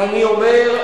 אני אומר,